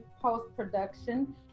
post-production